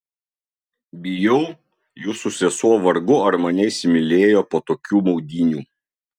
bijau jūsų sesuo vargu ar mane įsimylėjo po tokių maudynių